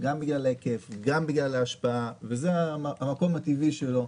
גם בגלל ההיקף וגם בגלל ההשפעה וזה המקום הטבעי שלו.